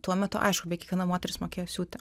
tuo metu aišku beveik kiekviena moteris mokėjo siūti